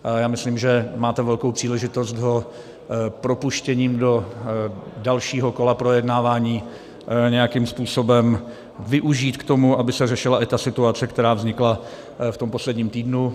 A já myslím, že máte velkou příležitost ho propuštěním do dalšího kola projednávání nějakým způsobem využít k tomu, aby se řešila i ta situace, která vznikla v posledním týdnu.